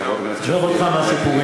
חברי הכנסת, עזוב אותך מהסיפורים.